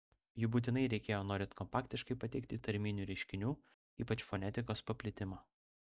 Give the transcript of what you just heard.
jų būtinai reikėjo norint kompaktiškai pateikti tarminių reiškinių ypač fonetikos paplitimą